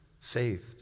saved